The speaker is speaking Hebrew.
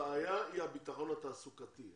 הבעיה היא הביטחון התעסוקתי.